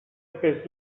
pes